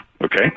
Okay